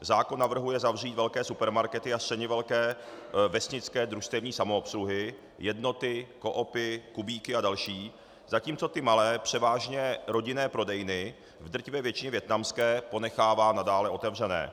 Zákon navrhuje zavřít velké supermarkety a středně velké vesnické družstevní samoobsluhy, jednoty, coopy, kubíky a další, zatímco ty malé, převážně rodinné prodejny v drtivé většině vietnamské ponechává nadále otevřené.